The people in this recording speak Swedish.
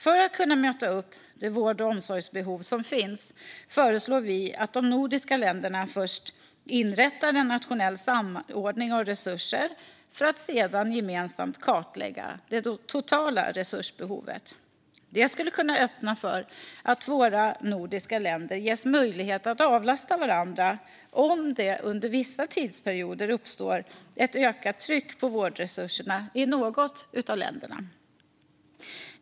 För att kunna möta det vård och omsorgsbehov som finns föreslår vi att de nordiska länderna först inrättar en nationell samordning av resurser för att sedan gemensamt kartlägga det totala resursbehovet. Det skulle kunna öppna för att våra nordiska länder ges möjlighet att avlasta varandra om det under vissa tidsperioder uppstår ett ökat tryck på vårdresurserna i något av länderna.